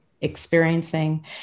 experiencing